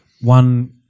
one